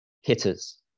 hitters